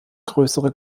größere